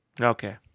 Okay